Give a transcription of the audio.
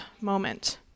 moment